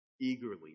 eagerly